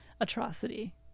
atrocity